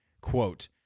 quote